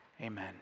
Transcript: Amen